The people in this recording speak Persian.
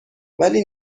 ولی